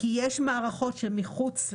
כי יש מערכות שהן מחוץ לרכב,